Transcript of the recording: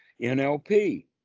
NLP